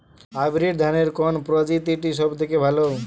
Hybrid ধানের কোন প্রজীতিটি সবথেকে ভালো?